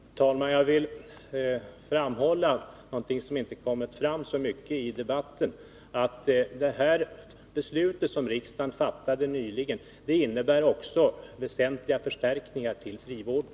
Herr talman! Jag vill peka på något som inte kommit fram så mycket i debatten, nämligen att det beslut som riksdagen nyligen fattade också innebär väsentliga förstärkningar till frivården.